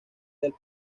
del